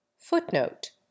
footnote